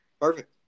Perfect